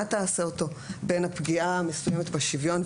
תעשה אותו בין הפגיעה המסוימת בשוויון,